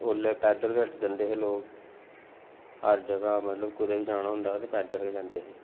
उसलै पैदल गै जंदे हे लोक हर जगह् मतलब कुतै बी जाना होंदा हा ते पैदल गै जंदे हे